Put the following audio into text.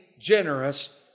generous